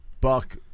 Buck